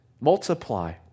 Multiply